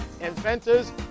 Inventors